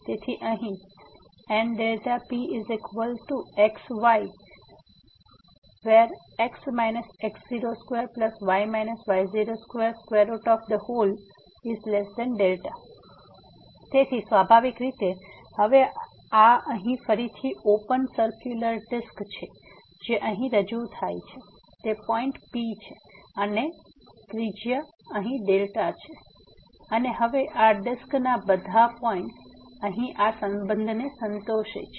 તેથી અહીં NP≔xyx x02y y02δ તેથી સ્વાભાવિક રીતે હવે આ અહીં ફરીથી ઓપન સરક્યુંલર ડિસ્ક છે જે અહીં રજૂ થાય છે તે પોઈન્ટ P છે અને ત્રિજ્યા અહીં δ છે અને હવે આ ડિસ્કના બધા પોઇન્ટ અહીં આ સંબંધને સંતોષે છે